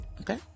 okay